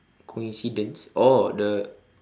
coincidence oh the